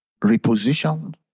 repositioned